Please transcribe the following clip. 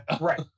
Right